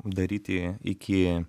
daryti iki